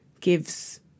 gives